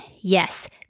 Yes